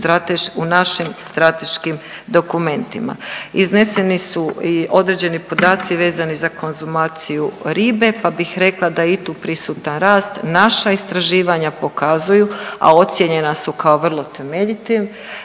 našim strateškim dokumentima. Izneseni su i određeni podaci vezani za konzumaciju ribe, pa bih rekla da je i gu prisutan rast. Naša istraživanja pokazuju, a ocijenjena su kao vrlo temeljitim,